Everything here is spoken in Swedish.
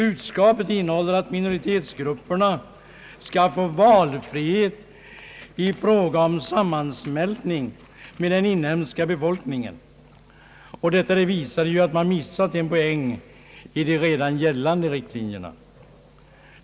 Uttalandet innebär att minoritetsgrupperna skall få vaifrihet i fråga om sin sammansmältning med den inhemska befolkningen. Detta visar att man missat en poäng i de redan gällande riktlinjerna.